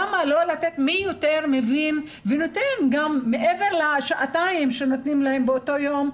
מי יותר מבין ונותן מעבר לשעתיים שנותנים להם באותו יום,